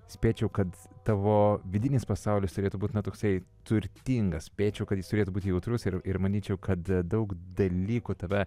spėčiau kad tavo vidinis pasaulis turėtų būt na toksai turtingas spėčiau kad jis turėtų būti jautrus ir ir manyčiau kad daug dalykų tave